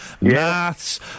maths